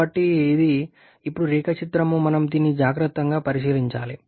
కాబట్టి ఇది ఇప్పుడు రేఖాచిత్రం మనం దీన్ని జాగ్రత్తగా పరిష్కరించాలి